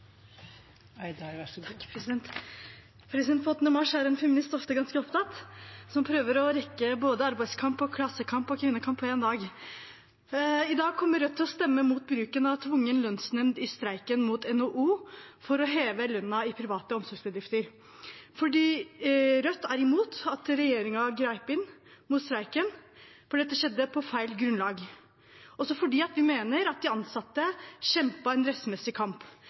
til å stemme mot bruken av tvungen lønnsnemnd i streiken mot NHO for å heve lønnen i private omsorgsbedrifter. Rødt er imot at regjeringen grep inn mot streiken, fordi dette skjedde på feil grunnlag, og også fordi vi mener at de ansatte kjempet en rettmessig kamp